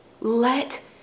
Let